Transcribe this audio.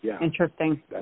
Interesting